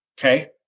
Okay